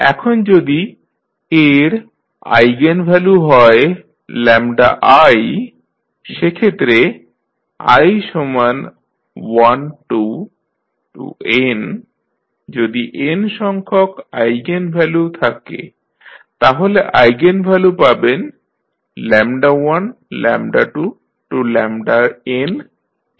এখন যদি A এর আইগেনভ্যালু হয় i সেক্ষেত্রে i12n যদি n সংখ্যক আইগেনভ্যালু থাকে তাহলে আইগেনভ্যালু পাবেন 12n এই ক্রমে